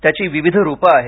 त्याची विविध रुपं आहेत